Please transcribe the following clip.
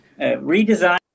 redesign